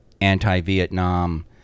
anti-Vietnam